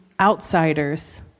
outsiders